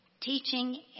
teaching